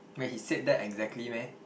wait he said that exactly meh